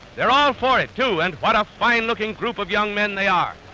they're all for it, too, and what a fine looking group of young men they are.